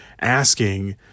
asking